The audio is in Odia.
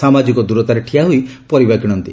ସାମାଜିକ ଦିରତାରେ ଠିଆହୋଇ ପରିବା କିଣନ୍ତି